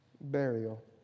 burial